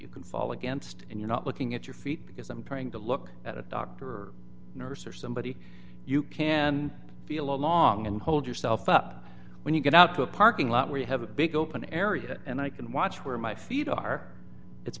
you can fall against and you're not looking at your feet because i'm trying to look at a doctor or nurse or somebody you can feel along and hold yourself up when you get out to a parking lot where you have a big open area and i can watch where my feet are it's